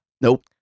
Nope